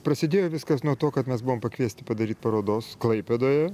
prasidėjo viskas nuo to kad mes buvom pakviesti padaryt parodos klaipėdoje